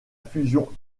fusion